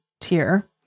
tier